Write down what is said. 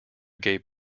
gave